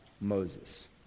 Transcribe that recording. Moses